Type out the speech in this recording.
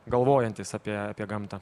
galvojantys apie apie gamtą